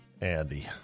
Andy